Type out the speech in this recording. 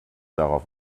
darauf